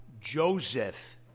Joseph